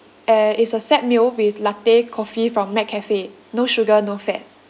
uh it's a set meal with latte coffee from mccafe no sugar no fat